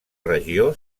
regió